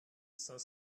cinq